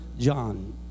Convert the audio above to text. John